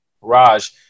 Raj